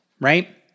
right